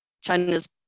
China's